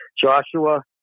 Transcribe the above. Joshua